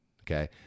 okay